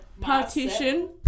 Partition